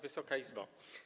Wysoka Izbo!